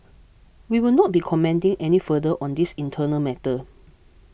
we will not be commenting any further on this internal matter